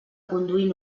conduir